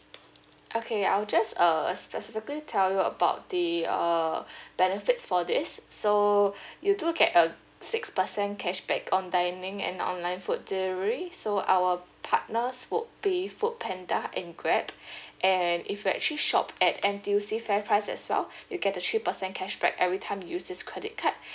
okay I'll just uh specifically tell you about the uh benefits for this so you do get uh six percent cashback on dining and online food delivery so our partners would be foodpanda and grab and if you actually shop at N_T_U_C fairprice as well you get a three percent cashback every time you use this credit card